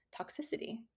toxicity